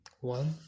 One